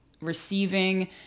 receiving